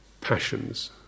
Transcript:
passions